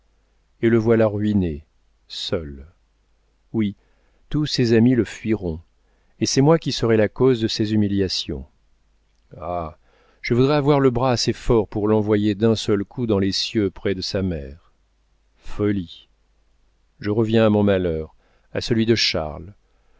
et le voilà ruiné seul oui tous ses amis le fuiront et c'est moi qui serai la cause de ses humiliations ah je voudrais avoir le bras assez fort pour l'envoyer d'un seul coup dans les cieux près de sa mère folie je reviens à mon malheur à celui de charles